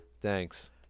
Thanks